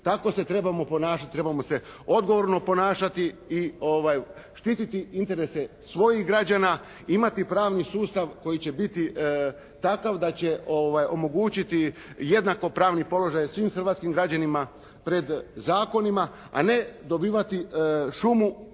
tako se trebamo ponašati. Trebamo se odgovorno ponašati i štiti interese svojih građana, imati pravni sustav koji će biti takav da će omogućiti jednakopravni položaj svih hrvatskim građanima pred zakonima. A ne dobivati šumu